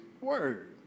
word